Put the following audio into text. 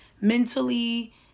mentally